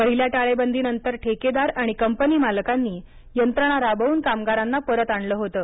पहिल्या टाळेबदीनंतर ठेकेदार आणि कंपनी मालकांनी यंत्रणा राबवून कामगारांना परत आणले होतं